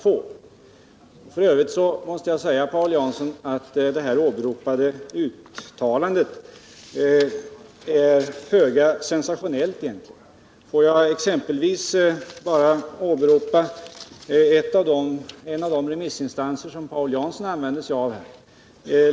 F. ö. måste jag, Paul Jansson, säga att det åberopade uttalandet egentligen är föga sensationellt. Låt mig exempelvis citera en av de remissinstanser som Paul Jansson nämnde, Landstingsförbundet.